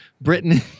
Britain